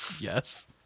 Yes